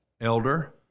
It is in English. elder